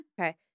Okay